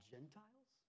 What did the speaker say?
Gentiles